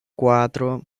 cuatro